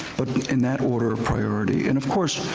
but in that order of priority and of course,